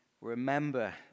remember